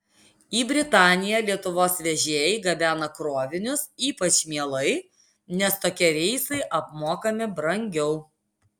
į britaniją lietuvos vežėjai gabena krovinius ypač mielai nes tokie reisai apmokami brangiau